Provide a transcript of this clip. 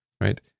right